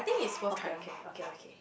okay okay okay okay